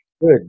Good